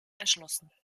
erschlossen